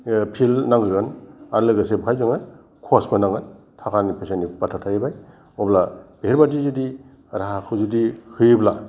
field नांग्रोगोन आरो लोगोसे बेवहाय जोङो कचबो नांगोन थाखानि फैसानि बाथ्रा थाहैबाय अब्ला बेफोरबादि जुदि राहाखौ जुदि होयोब्ला